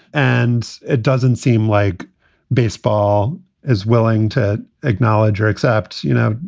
and it doesn't seem like baseball is willing to acknowledge or accept, you know,